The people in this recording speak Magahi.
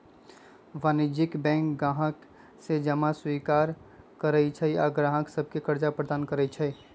वाणिज्यिक बैंक गाहक से जमा स्वीकार करइ छइ आऽ गाहक सभके करजा प्रदान करइ छै